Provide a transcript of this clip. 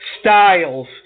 Styles